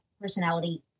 personality